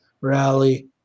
Rally